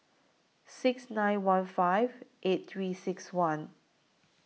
six nine one five eight three six one